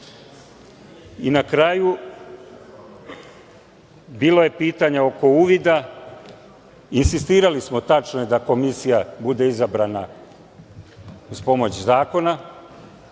kraju bilo je pitanje oko uvida. Insistirali smo, tačno je, da komisija bude izabrana uz pomoć zakona